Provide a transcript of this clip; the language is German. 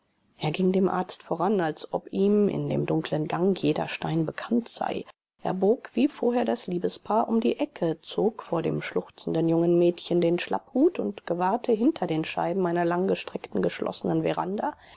er ging dem arzt voran als ob ihm in dem dunklen gang jeder stein bekannt sei er bog wie vorher das liebespaar um die ecke zog vor dem schluchzenden jungen mädchen den schlapphut und gewahrte hinter den scheiben einer langgestreckten geschlossenen veranda